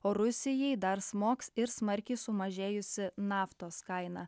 o rusijai dar smogs ir smarkiai sumažėjusi naftos kaina